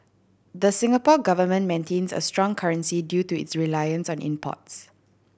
the Singapore Government maintains a strong currency due to its reliance on imports